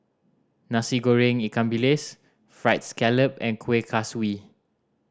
Nasi Goreng ikan bilis Fried Scallop and Kueh Kaswi